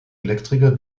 elektriker